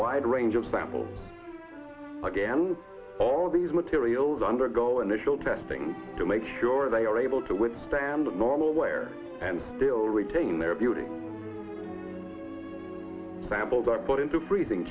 wide range of samples again all these materials undergo initial testing to make sure they are able to withstand normal wear and still retain their beauty samples are put into freezing